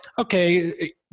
Okay